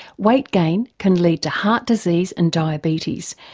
weight gain can lead to heart disease and diabetes,